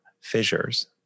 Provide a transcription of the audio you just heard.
fissures